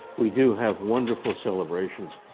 we do have wonderful celebrations.